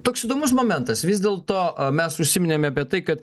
toks įdomus momentas vis dėlto mes užsiminėme apie tai kad